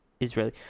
israeli